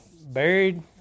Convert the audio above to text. buried